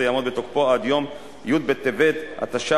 יעמוד בתוקפו עד יום י' בטבת התשס"ז,